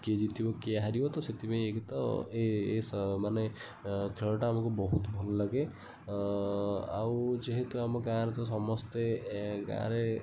କିଏ ଜିତିବ କିଏ ହାରିବ ତ ସେଥିପାଇଁ ଏକ ତ ମାନେ ଖେଳଟା ଆମକୁ ବହୁତ ଭଲଲାଗେ ଆଉ ଯେହେତୁ ଆମ ଗାଁରେ ତ ସମସ୍ତେ ଏ ଗାଁରେ